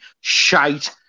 shite